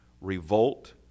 revolt